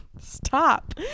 stop